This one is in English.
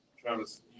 Travis